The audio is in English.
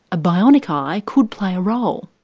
a bionic eye could play a role.